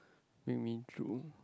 what do you mean drool